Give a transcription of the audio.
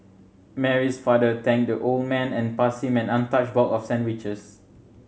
Mary's father thanked the old man and passed him an untouched box of sandwiches